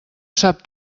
sap